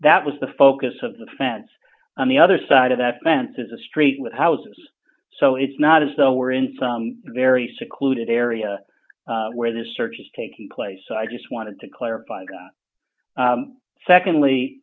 that was the focus of the fence on the other side of that fence is a street with houses so it's not as though we're in some very secluded area where this search is taking place so i just wanted to clarify that secondly